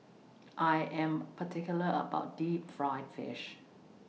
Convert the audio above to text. I Am particular about Deep Fried Fish